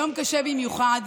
יום קשה במיוחד,